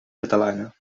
catalana